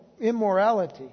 immorality